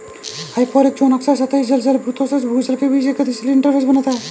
hyporheic zone अक्सर सतही जल जलभृतों से भूजल के बीच एक गतिशील इंटरफ़ेस बनाता है